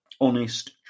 honest